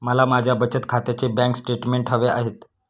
मला माझ्या बचत खात्याचे बँक स्टेटमेंट्स हवे आहेत